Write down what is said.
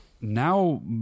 Now